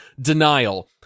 denial